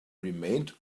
remained